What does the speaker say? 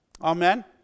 Amen